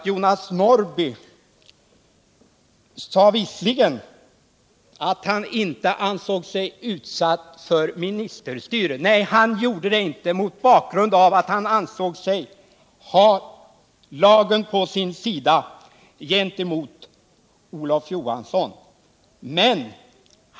Jonas Norrby sade visserligen att han inte ansåg sig utsatt för ministerstyrelse, men han ansåg sig ha lagen på sin sida gentemot Olof Johansson.